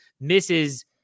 misses